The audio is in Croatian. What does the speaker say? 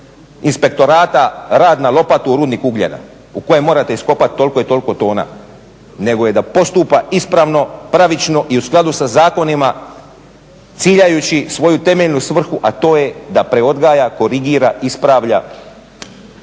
inspektorata rad na lopati u rudniku ugljena u kojem morate iskopat toliko i toliko tona nego je da postupa ispravno, pravično i u skladu sa zakonima, ciljajući svoju temeljnu svrhu, a to je da preodgaja, korigira, ispravlja,